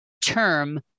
term